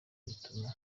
bituma